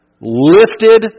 lifted